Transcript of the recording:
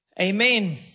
Amen